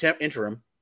interim